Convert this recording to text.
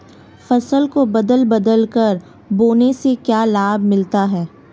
फसल को बदल बदल कर बोने से क्या लाभ मिलता है?